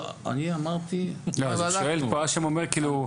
האשם אומר,